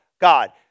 God